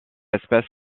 espèce